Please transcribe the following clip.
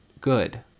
good